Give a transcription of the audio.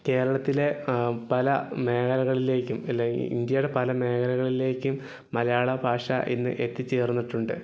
കേരളത്തിലെ പല മേഖലകളിലേക്കും അല്ലെങ്കിൽ ഇന്ത്യയുടെ പല മേഖലകളിലേക്കും മലയാള ഭാഷ ഇന്ന് എത്തി ചേർന്നിട്ടുണ്ട്